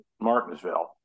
Martinsville